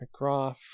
McGraw